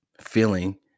feeling